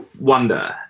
wonder